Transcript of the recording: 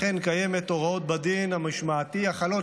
אכן קיימות הוראות בדין המשמעתי החלות